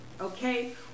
okay